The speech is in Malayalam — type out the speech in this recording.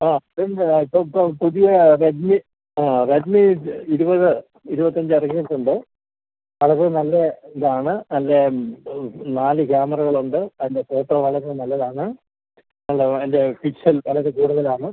ആ പിന്നെ ഇതാ ഇപ്പം പുതിയ റെഡ്മി ആ റെഡ്മി ഇരുപത് ഇരുപത്തഞ്ച് ഇറങ്ങിയിട്ടുണ്ട് അതൊക്കെ നല്ല ഇതാണ് നല്ല നാല് ക്യാമറകളുണ്ട് അതിൻ്റെ ഫോട്ടോ വളരെ നല്ലതാണ് നല്ല അതിൻ്റെ പിക്സൽ വളരെ കൂടുതലാണ്